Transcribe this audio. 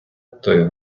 той